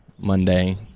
Monday